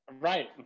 right